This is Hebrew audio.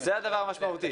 זה הדבר המשמעותי.